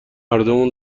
هردومون